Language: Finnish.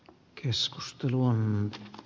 keskustelu on mennyt